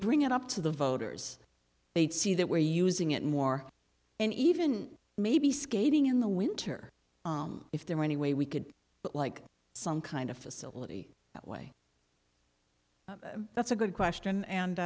bring it up to the voters they'd see that we're using it more and even maybe skating in the winter if there were any way we could but like some kind of facility that way that's a good question and